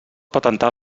patentar